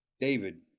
David